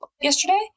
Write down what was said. yesterday